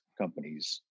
companies